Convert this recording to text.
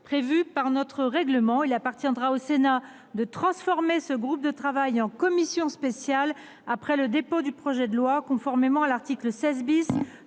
prévu par notre règlement. Il appartiendra au Sénat de transformer ce groupe de travail en commission spéciale, après le dépôt du projet de loi, conformément à l’article 16 de